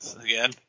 again